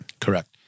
Correct